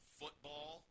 football